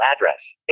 address